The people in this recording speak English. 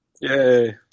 Yay